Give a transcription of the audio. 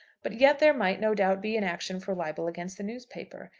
but yet there might, no doubt, be an action for libel against the newspaper.